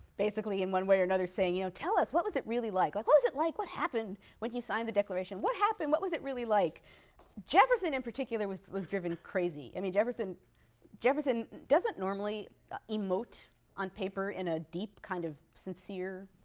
basically in one way or another saying, you know tell us. what was it really like? like what was it like? what happened you signed the declaration? what happened? what was it really like jefferson in particular was was driven crazy. i mean jefferson jefferson doesn't normally emote on paper in a deep kind of sincere,